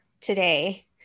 today